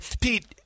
Pete